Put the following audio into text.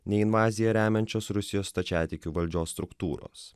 nei invaziją remiančios rusijos stačiatikių valdžios struktūros